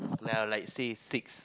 then I'll like say six